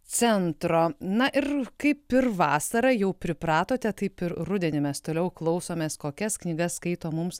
centro na ir kaip ir vasarą jau pripratote taip ir rudenį mes toliau klausomės kokias knygas skaito mums